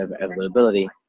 availability